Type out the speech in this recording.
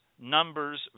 numbers